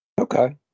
Okay